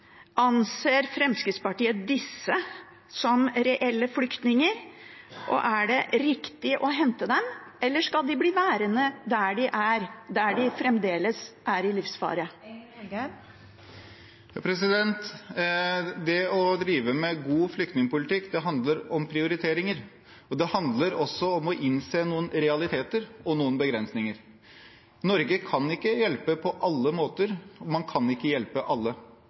Anser Fremskrittspartiet disse som reelle flyktninger, og er det riktig å hente dem? Eller skal de bli værende der de er, der de fremdeles er i livsfare? Det å drive med god flyktningpolitikk handler om prioriteringer, og det handler også om å innse noen realiteter og noen begrensninger. Norge kan ikke hjelpe på alle måter, og man kan ikke hjelpe alle.